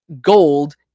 gold